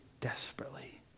desperately